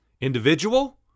Individual